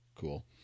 Cool